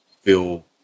feel